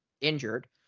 injured